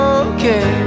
okay